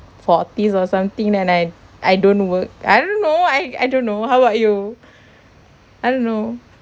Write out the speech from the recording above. forties or something then I I don't work I didn't know I I don't know how about you I don't know